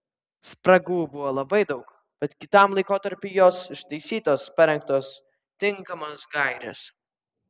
spragų buvo labai daug bet kitam laikotarpiui jos ištaisytos parengtos tinkamos gairės